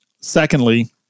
Secondly